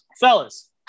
Fellas